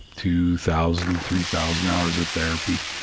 two thousand, three thousand hours of therapy.